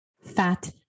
Fat